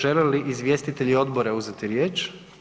Žele li izvjestitelji odbora uzeti riječ?